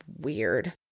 weird